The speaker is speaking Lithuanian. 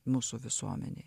mūsų visuomenėj